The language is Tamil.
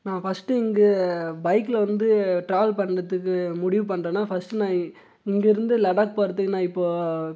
நான் ஃபஸ்ட்டு இங்கே பைக்கில் வந்து ட்ராவல் பண்ணுறதுக்கு முடிவு பண்ணுறேன்னா ஃபஸ்ட்டு நான் இங்கிருந்து லடாக் போகிறதுக்கு நான் இப்போது